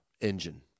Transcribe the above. engine